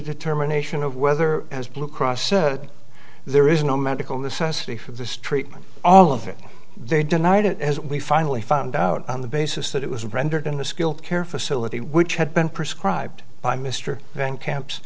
determination of whether as blue cross said there is no medical necessity for this treatment all of it they denied it as we finally found out on the basis that it was rendered in the skilled care facility which had been prescribed by mr van camp